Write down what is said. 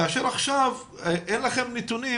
כאשר עכשיו אין לכם נתונים